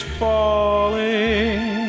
falling